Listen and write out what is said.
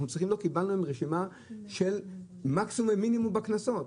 לא קיבלנו רשימה של מקסימום ומינימום בקנסות.